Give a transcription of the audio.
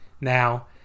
Now